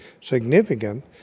significant